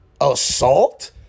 assault